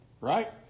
right